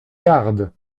garde